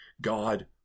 God